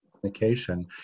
communication